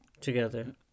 together